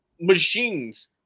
machines